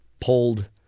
pulled